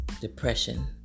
depression